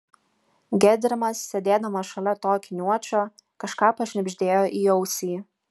gedrimas sėdėdamas šalia to akiniuočio kažką pašnibždėjo į ausį